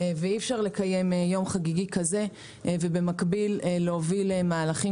ואי אפשר לקיים יום חגיגי כזה ובמקביל להוביל מהלכים